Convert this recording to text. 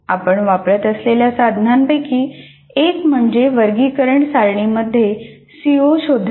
आपण वापरत असलेल्या साधनांपैकी एक म्हणजे वर्गीकरण सारणीमध्ये सीओ शोधणे